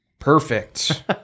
Perfect